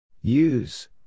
Use